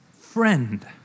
friend